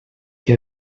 que